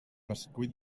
bescuit